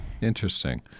Interesting